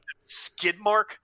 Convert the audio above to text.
Skidmark